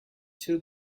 two